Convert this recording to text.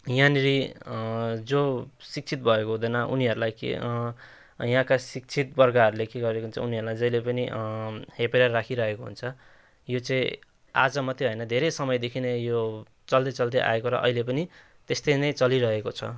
यहाँनिर जो शिक्षित भएको हुँदैन उनीहरूलाई के यहाँका शिक्षितवर्गहरूले के गरेको हुन्छ उनीहरूलाई जहिले पनि हेपेर राखिरहेको हुन्छ यो चाहिँ आज मात्रै होइन धेरै समयदेखि नै यो चल्दै चल्दै आएको र अहिले पनि त्यस्तै नै चलिरहेको छ